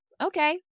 Okay